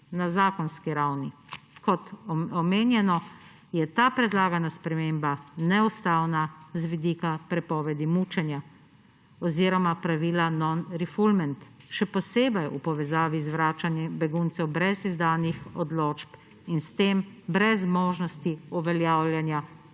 na zakonski ravni. Kot omenjeno je ta predlagana sprememba neustavna z vidika prepovedi mučenja oziroma pravila non-refoulement, še posebej v povezavi z vračanjem beguncev brez izdanih odločb in s tem brez možnosti uveljavljanja